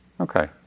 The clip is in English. Okay